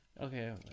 Okay